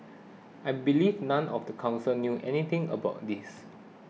I believe none of the council knew anything about this